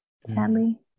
sadly